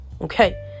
okay